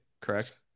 Correct